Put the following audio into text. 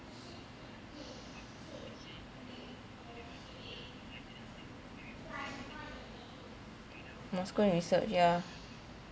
must go and research ya